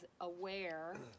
aware